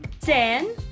Ten